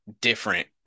different